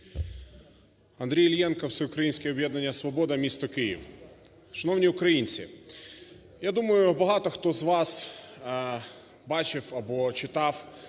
Андрій Іллєнко, Всеукраїнське об'єднання "Свобода", місто Київ. Шановні українці! Я думаю, багато хто з вас бачив або читав